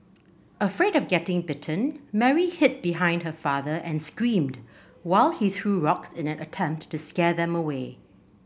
afraid of getting bitten Mary hid behind her father and screamed while he threw rocks in an attempt to scare them away